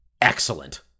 excellent